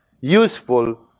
useful